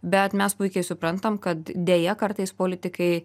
bet mes puikiai suprantam kad deja kartais politikai